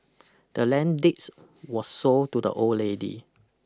the land deed was sold to the old lady